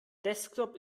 desktop